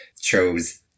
chose